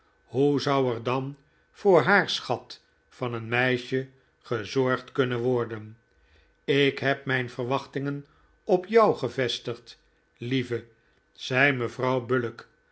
hoe zou er dan voor haar schat van een meisje gezorgd kunnen worden ik heb mijn verwachtingen opjou gevestigd lieve zeide mevrouw bullock